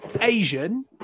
Asian